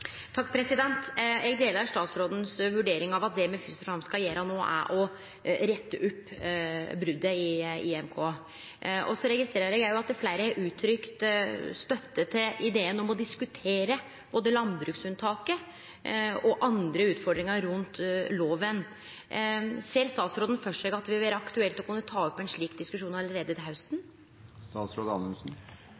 Takk, president. Eg deler vurderinga frå statsråden om at det me fyrst og fremst skal gjere no, er å rette opp brotet på EMK. Eg registrerer òg at fleire har uttrykt støtte til ideen om å diskutere både landbruksunntaket og andre utfordringar rundt loven. Ser statsråden for seg at det vil vere aktuelt å kunne ta opp ein slik diskusjon allereie til hausten?